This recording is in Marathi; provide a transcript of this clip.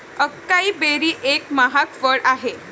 अकाई बेरी एक महाग फळ आहे